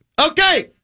Okay